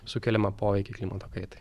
sukeliamą poveikį klimato kaitai